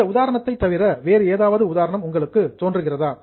இந்த உதாரணத்தை தவிர வேறு ஏதாவது உதாரணம் உங்களுக்கு தோன்றுகிறதா